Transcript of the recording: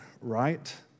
right